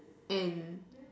and